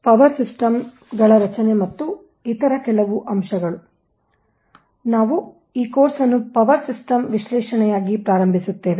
power ಸಿಸ್ಟಂಗಳ ರಚನೆ ಮತ್ತು ಇತರ ಕೆಲವು ಅಂಶಗಳು I ನಾವು ಈ ಕೋರ್ಸ್ ಅನ್ನು ಪವರ್ ಸಿಸ್ಟಮ್ ವಿಶ್ಲೇಷಣೆಯಾಗಿ ಪ್ರಾರಂಭಿಸುತ್ತೇವೆ